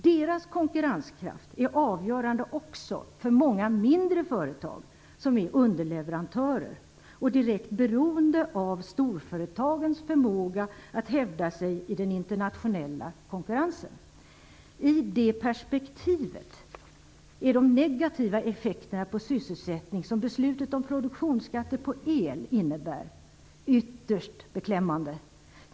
Deras konkurrenskraft är avgörande också för många mindre företag som är underleverantörer och direkt beroende av storföretagens förmåga att hävda sig i den internationella konkurrensen. I det perspektivet är de negativa effekterna på sysselsättningen som beslutet om produktionsskatterna på el innebär ytterst beklämmande.